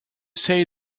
say